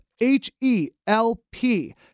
H-E-L-P